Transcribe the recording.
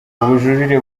ubujurire